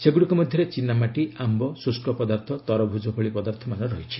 ସେଗୁଡ଼ିକ ମଧ୍ୟରେ ଚିନ୍ନାମାଟି ଆମ୍ବ ଶୁଷ୍କ ପଦାର୍ଥ ତରଭୁଜ ଭଳି ପଦାର୍ଥମାନ ରହିଛି